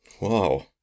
wow